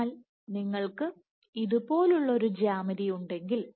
എന്നാൽ നിങ്ങൾക്ക് ഇതുപോലുള്ള ഒരു ജ്യാമിതി ഉണ്ടെങ്കിൽ